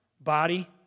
body